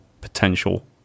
potential